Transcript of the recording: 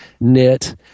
knit